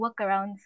workarounds